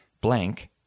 blank